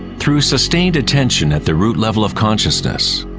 through sustained attention at the root level of consciousness,